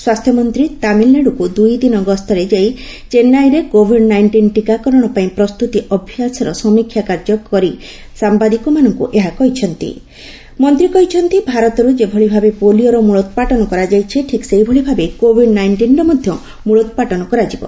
ସ୍ୱାସ୍ଥ୍ୟମନ୍ତ୍ରୀ ତାମିଲ୍ନାଡୁକୁ ଦୁଇଦିନ ଗସ୍ତରେ ଯାଇ ଚେନ୍ନାଇରେ କୋଭିଡ୍ ନାଇଷ୍ଟିନ୍ ଟୀକାକରଣ ପାଇଁ ପ୍ରସ୍ତୁତି ଅଭ୍ୟାସର ସମୀକ୍ଷା କାର୍ଯ୍ୟ କରିସାରି ସେ ସାମ୍ଭାଦିକମାନଙ୍କୁ ଏହା ଜଣାଇଛନ୍ତି ମନ୍ତ୍ରୀ କହିଛନ୍ତି ଭାରତରୁ ଯେଭଳି ଭାବେ ପୋଲିଓର ମୂଳୋପ୍ରାଟନ କରାଯାଇଛି ଠିକ୍ ସେହିଭଳି ଭାବେ କୋବିଡ୍ ନାଇଣ୍ଟିନ୍ର ମଧ୍ୟ ମୂଳୋପ୍ରାଟନ କରାଯିବ